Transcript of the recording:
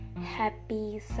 Happy